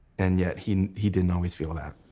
and yet he he didn't always feel that.